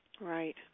Right